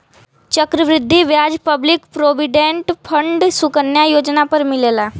चक्र वृद्धि ब्याज पब्लिक प्रोविडेंट फण्ड सुकन्या योजना पर मिलेला